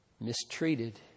mistreated